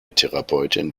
therapeutin